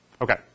Okay